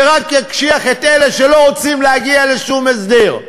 זה רק יקשיח את אלה שלא רוצים להגיע לשום הסדר.